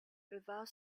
without